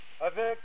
avec